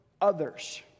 others